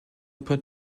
put